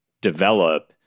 develop